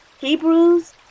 Hebrews